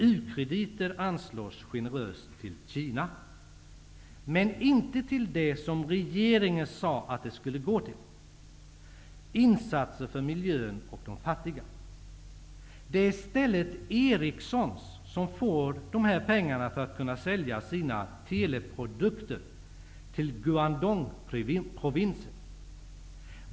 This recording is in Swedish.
U krediter anslås generöst till Kina -- men inte till det som regeringen sade att de skulle gå till: insatser för miljön och de fattiga. Det är i stället Ericsson som får dem för att kunna sälja sina teleprodukter till Guandongprovinsen.